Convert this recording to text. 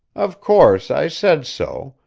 of course i said so,